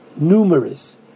numerous